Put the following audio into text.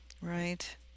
right